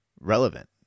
relevant